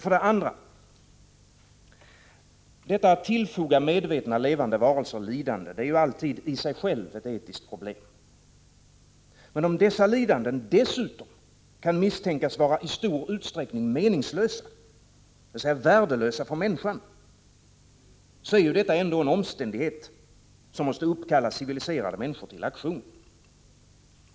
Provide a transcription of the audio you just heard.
För det andra: Att tillfoga medvetna levande varelser lidande är alltid i sig självt ett etiskt problem. Men om dessa lidanden dessutom kan misstänkas vara i stor utsträckning meningslösa, värdelösa för människan, så är detta en omständighet som måste uppkalla civiliserade människor till aktion.